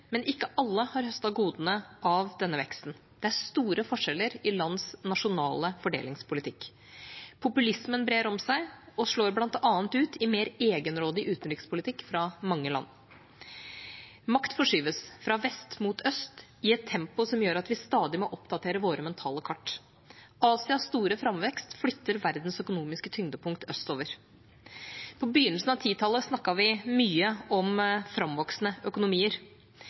men ikke alle har høstet godene av denne veksten. Det er store forskjeller i lands nasjonale fordelingspolitikk. Populismen brer om seg, og slår blant annet ut i en mer egenrådig utenrikspolitikk fra mange land. Makt forskyves, fra vest mot øst, i et tempo som gjør at vi stadig må oppdatere våre mentale kart. Asias store framvekst flytter verdens økonomiske tyngdepunkt østover. På begynnelsen av 2010-tallet snakket vi mye om framvoksende økonomier.